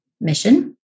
mission